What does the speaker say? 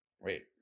wait